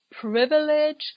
privilege